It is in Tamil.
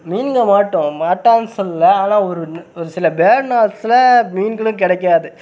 மீன்கள் மாட்டும் மாட்டாதுன்னு சொல்லலை ஆனால் ஒரு ஒரு சில பேட் நாள்ல மீன்களும் கிடைக்காது